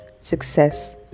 success